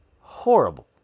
horrible